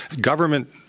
government